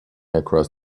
across